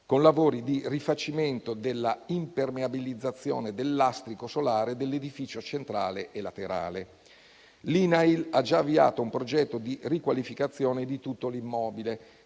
con lavori di rifacimento della impermeabilizzazione del lastrico solare dell'edificio centrale e laterale. L'INAIL ha già avviato un progetto di riqualificazione di tutto l'immobile,